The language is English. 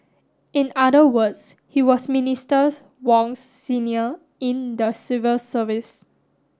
in other words he was Ministers Wong's senior in the civil service